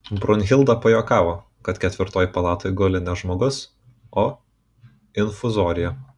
brunhilda pajuokavo kad ketvirtoj palatoj guli ne žmogus o infuzorija